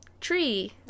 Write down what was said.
tree